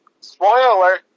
Spoiler